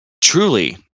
truly